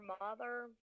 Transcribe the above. mother